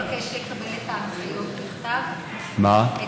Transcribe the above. אני אבקש לקבל בכתב את